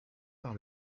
par